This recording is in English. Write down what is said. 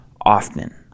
often